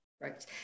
Right